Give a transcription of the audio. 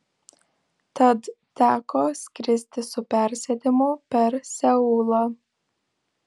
tad teko skristi su persėdimu per seulą